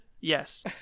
Yes